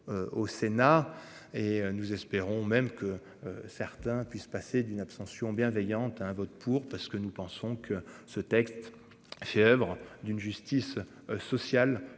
Au Sénat et nous espérons même que certains puissent passer d'une abstention bienveillante à un vote pour, parce que nous pensons que ce texte ces Oeuvres d'une justice sociale